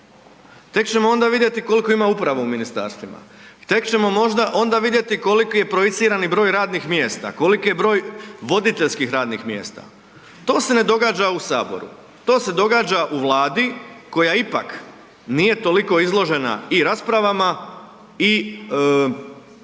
tek ćemo onda vidjeti koliko ima uprava u ministarstvima, tek ćemo možda onda koliki je projicirani broj radnih mjesta, koliki je broj voditeljskih radnih mjesta. To se ne događa u Saboru, to se događa u Vladi koja ipak nije toliko izložena i raspravama i nekakvoj